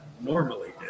normally